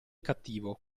cattivo